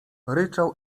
ryczał